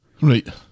Right